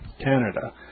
Canada